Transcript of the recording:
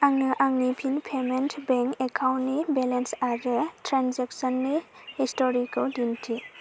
आंनो आंनि फिन पेमेन्टस बेंक एकाउन्टनि बेलेन्स आरो ट्रेनजेक्सननि हिस्ट'रिखौ दिन्थि